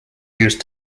use